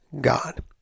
God